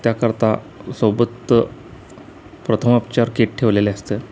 त्याकरता सोबत प्रथमोपचार किट ठेवलेले असतं